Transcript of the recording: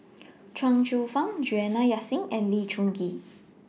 Chuang Hsueh Fang Juliana Yasin and Lee Choon Kee